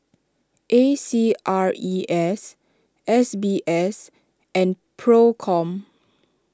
A C R E S S B S and Procom